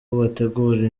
bategura